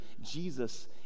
Jesus